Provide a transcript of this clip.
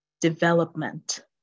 development